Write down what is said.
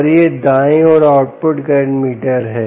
और यह दाईं ओर आउटपुट करंट मीटर है